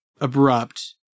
abrupt